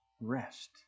rest